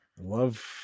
love